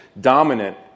dominant